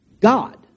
God